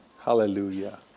Hallelujah